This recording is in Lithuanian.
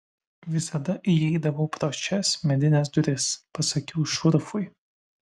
visada įeidavau pro šias medines duris pasakiau šurfui